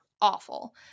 awful